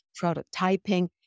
prototyping